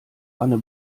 anne